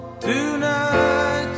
Tonight